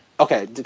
Okay